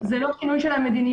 זה לא בגלל המדיניות.